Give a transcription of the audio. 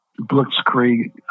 blitzkrieg